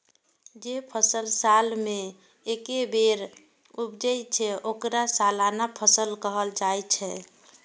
जे फसल साल मे एके बेर उपजै छै, ओकरा सालाना फसल कहल जाइ छै